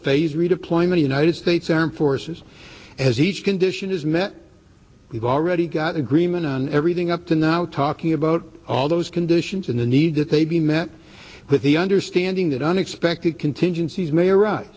phased redeployment united states armed forces as each condition is met we've already got agreement on everything up to now talking about all those conditions in the need that they be met with the understanding that unexpected contingencies may